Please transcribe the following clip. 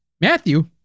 Matthew